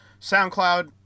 SoundCloud